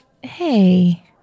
Hey